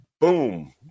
Boom